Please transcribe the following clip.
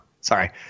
Sorry